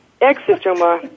ex-sister-in-law